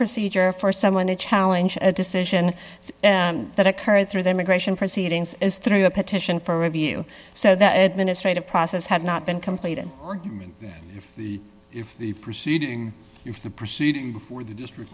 procedure for someone to challenge a decision that occurred through the immigration proceedings is through a petition for review so that administrate a process had not been completed argument that if the if the proceeding if the proceeding before the district